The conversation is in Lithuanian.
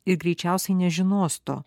ir greičiausiai nežinos to